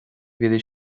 mhíle